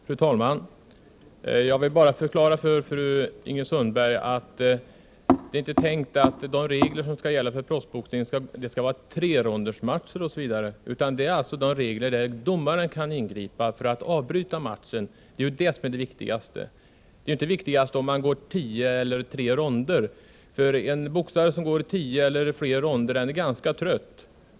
Fru talman! Jag vill förklara för fru Ingrid Sundberg att det inte är tänkt att de regler som skall gälla för proffsboxning skall föreskriva trerondersmatcher osv., utan reglerna skall innebära att domaren kan ingripa för att avbryta matchen, och det är det viktigaste. Det är inte viktigast om man går tio eller tre ronder, för en boxare som går tio ronder eller fler är ganska trött.